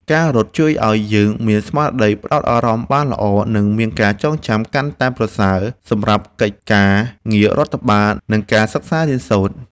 ការរត់ជួយឱ្យយើងមានស្មារតីផ្ដោតអារម្មណ៍បានល្អ និងមានការចងចាំកាន់តែប្រសើរសម្រាប់កិច្ចការងាររដ្ឋបាល និងការសិក្សារៀនសូត្រ។